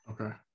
Okay